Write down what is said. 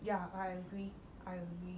ya I agree I agree